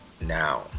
now